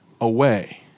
away